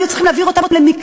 היו צריכים להעביר אותם למקלט.